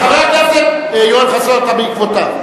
חבר הכנסת יואל חסון, אתה בעקבותיו.